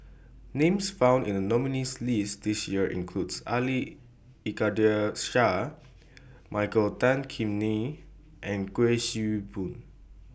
Names found in The nominees' list This Year include Ali Iskandar Shah Michael Tan Kim Nei and Kuik Swee Boon